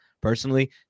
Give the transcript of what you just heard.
Personally